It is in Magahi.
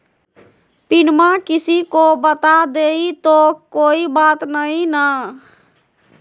पिनमा किसी को बता देई तो कोइ बात नहि ना?